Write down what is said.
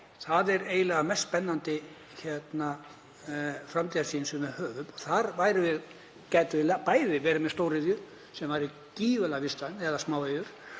Það er eiginlega mest spennandi framtíðarsýn sem við höfum. Við gætum verið með stóriðju sem væri gífurlega vistvæn, eða smáiðju.